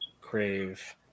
Crave